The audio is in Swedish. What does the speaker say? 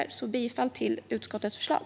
Jag yrkar därför bifall till utskottets förslag.